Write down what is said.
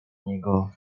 niego